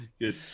Good